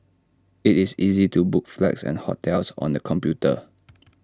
IT is easy to book flights and hotels on the computer